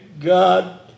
God